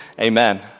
amen